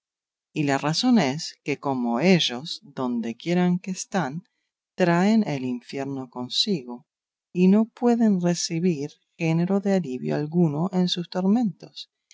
y la razón es que como ellos dondequiera que están traen el infierno consigo y no pueden recebir género de alivio alguno en sus tormentos